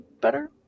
better